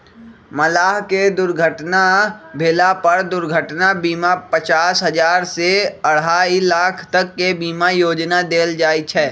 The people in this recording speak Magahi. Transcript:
मलाह के दुर्घटना भेला पर दुर्घटना बीमा पचास हजार से अढ़ाई लाख तक के बीमा योजना देल जाय छै